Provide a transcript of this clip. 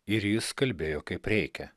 ir jis kalbėjo kaip reikia